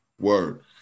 Word